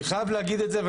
אני חייב להגיד את זה,